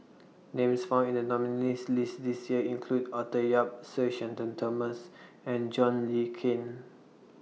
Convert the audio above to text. Names found in The nominees' list This Year include Arthur Yap Sir Shenton Thomas and John Le Cain